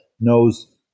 knows